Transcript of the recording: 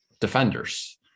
defenders